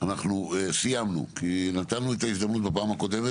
אנחנו סיימנו כי נתנו הזדמנות בפעם הקודמת,